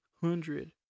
hundred